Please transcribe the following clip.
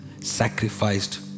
sacrificed